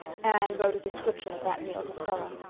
anne wrote a description of that meal to stella.